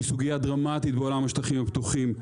שהיא סוגיה דרמטית בעולם השטחים הפתוחים,